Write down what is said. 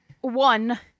one